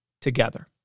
together